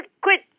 quit